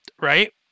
right